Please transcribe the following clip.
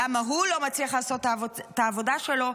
למה הוא לא מצליח לעשות את העבודה שלו,